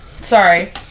sorry